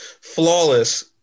flawless